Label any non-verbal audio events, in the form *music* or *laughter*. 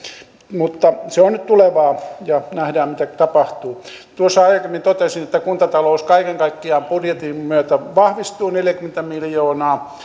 mutta se on nyt tulevaa ja nähdään mitä tapahtuu tuossa aikaisemmin totesin että kuntatalous kaiken kaikkiaan budjetin myötä vahvistuu neljäkymmentä miljoonaa *unintelligible*